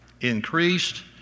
increased